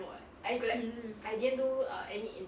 mm